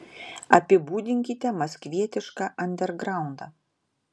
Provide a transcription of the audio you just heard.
apibūdinkite maskvietišką andergraundą